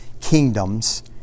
kingdoms